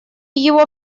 его